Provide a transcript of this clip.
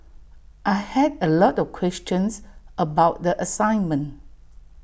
I had A lot of questions about the assignment